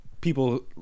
people